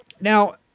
Now